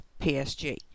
PSG